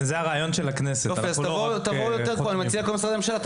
אני מציע לכל משרדי הממשלה,